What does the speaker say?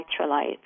electrolytes